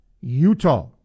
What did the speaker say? Utah